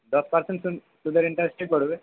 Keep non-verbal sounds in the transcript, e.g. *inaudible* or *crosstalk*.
দশ পার্সেন্ট *unintelligible* সুদের ইনটারেস্টই পড়বে